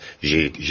j'ai